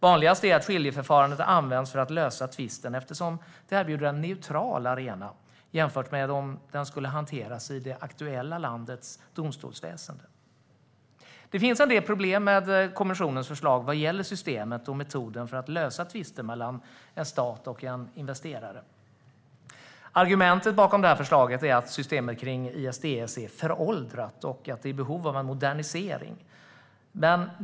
Vanligast är att skiljeförfarandet används för att lösa tvisten eftersom det erbjuder en neutral arena jämfört med om den skulle hanteras i det aktuella landets domstolsväsen. Det finns en del problem med kommissionens förslag vad gäller systemet och metoden för att lösa tvister mellan en stat och en investerare. Argumentet bakom förslaget är att systemet med ISDS är föråldrat och i behov av en modernisering.